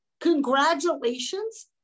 congratulations